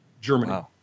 Germany